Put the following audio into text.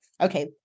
Okay